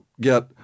get